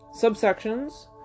subsections